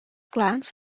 glance